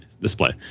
display